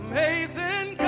Amazing